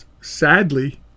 sadly